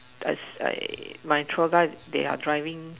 as I my tour guide they are driving